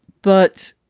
but,